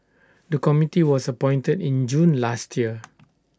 the committee was appointed in June last year